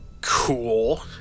Cool